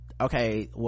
okay